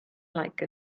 like